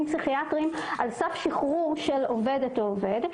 פסיכיאטריים על סף שחרור של עובדת או עובד,